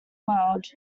world